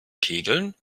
kegeln